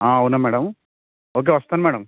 అవునా madam okay వస్తాను madam